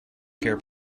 care